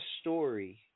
story